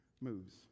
moves